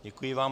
Děkuji vám.